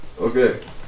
okay